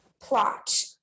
plot